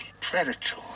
Predator